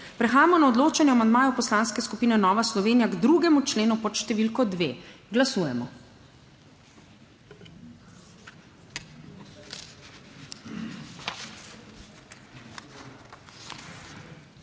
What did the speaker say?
Prehajamo na odločanje o amandmaju Poslanske skupine Nova Slovenija k 2. členu pod številko dve. Glasujemo.